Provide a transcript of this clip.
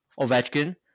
Ovechkin